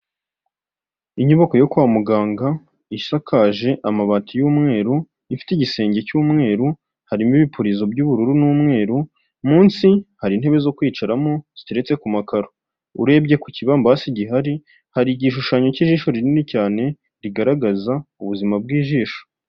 Inyubako yo kwa muganga isakaje amabati y'umweru ifite igisenge cy'umweru. Harimo ibipurizo by'ubururu n'umweru. Munsi hari intebe zo kwicaramo ziteretse ku makaro. Urebye ku kibambasi gihari, hari igishushanyo cy'ijisho rinini cyane rigaragaza ubuzima bw'ijisho.